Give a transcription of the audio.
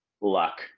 luck